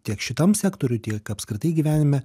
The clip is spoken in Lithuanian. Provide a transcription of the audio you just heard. tiek šitam sektoriuj tiek apskritai gyvenime